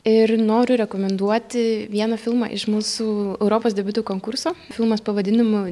ir noriu rekomenduoti vieną filmą iš mūsų europos debiutų konkurso filmas pavadinimu